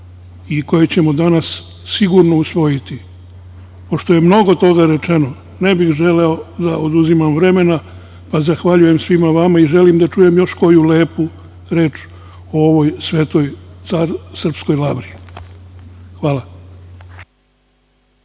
i koje ćemo danas sigurno usvojiti. Pošto je mnogo toga rečeno, ne bih želeo da oduzimam vremena, zahvaljujem svima vama i želim da čujem još koju lepu reč o ovoj svetoj srpskoj larvi. Hvala.